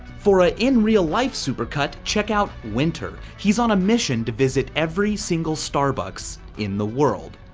for a in real life supercut, check out winter, he's on a mission to visit every single starbucks in the world.